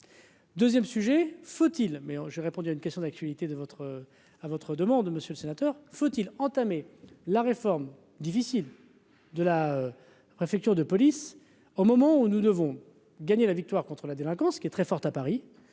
bon 2ème sujet : faut-il, mais j'ai répondu à une question d'actualité de votre à votre demande, monsieur le sénateur, faut-il entamer la réforme difficile de la préfecture de police, au moment où nous devons gagner la victoire contre la délinquance qui est très forte à Paris,